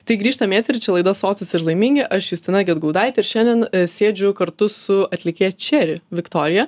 tai grįžtam į eterį čia laida sotūs ir laimingi aš justina gedgaudaitė ir šiandien sėdžiu kartu su atlikėja čeri viktorija